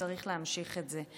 וצריך להמשיך את זה.